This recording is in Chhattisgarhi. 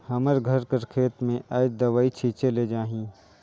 हमर घर कर खेत में आएज दवई छींचे ले जाही